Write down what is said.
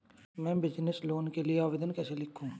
मैं business loan के लिए आवेदन कैसे लिखूँ?